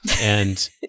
and-